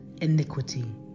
iniquity